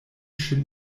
ŝin